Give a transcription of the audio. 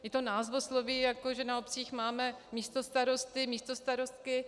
I názvosloví, že na obcích máme místostarosty, místostarostky.